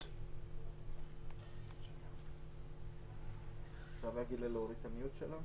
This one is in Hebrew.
זה מאוד אופנתי להשתלח בבתי-הדין אבל הפעם זה ללא שום הצדקה.